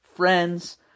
Friends